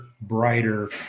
brighter